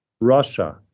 Russia